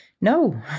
No